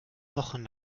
wochen